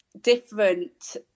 different